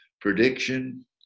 prediction